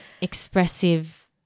expressive